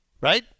Right